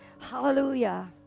Hallelujah